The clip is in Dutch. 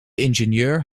ingenieur